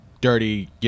dirty